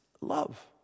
love